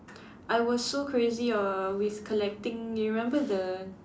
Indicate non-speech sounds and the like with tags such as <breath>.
<breath> I was so crazy uh with collecting you remember the